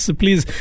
please